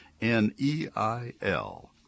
N-E-I-L